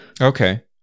okay